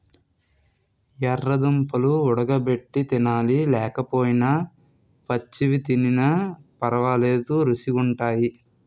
యెర్ర దుంపలు వుడగబెట్టి తినాలి లేకపోయినా పచ్చివి తినిన పరవాలేదు రుచీ గుంటయ్